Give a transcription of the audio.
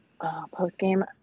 Postgame